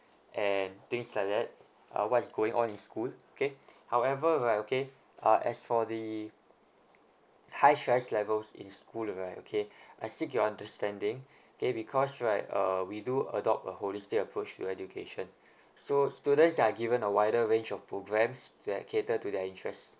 and things like that uh what is going on in school okay however right okay uh as for the high stress levels in school right okay I seek your understanding okay because right uh we do adopt a holistic approach to education so students are given a wider range of programmes that cater to their interests